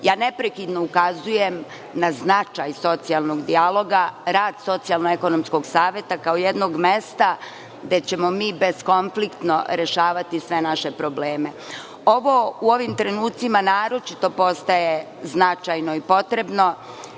nivo. Neprekidno ukazujem na značaj socijalnog dijaloga, rad Socijalno-ekonomskog saveta kao jednog mesta gde ćemo mi bezkonfliktno rešavati sve naše probleme. Ovo u ovim trenucima naročito postaje značajno i potrebno